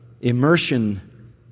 immersion